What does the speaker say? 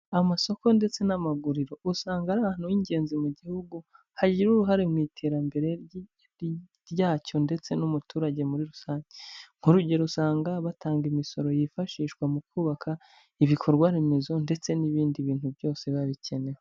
Amasoko ndetse n'amaguriro usanga ari ahantu h'ingenzi mu gihugu hagira uruhare mu iterambere ryacyo ndetse n'umuturage muri rusange, nk'urugero usanga batanga imisoro yifashishwa mu kubaka ibikorwaremezo ndetse n'ibindi bintu byose biba bikenewe.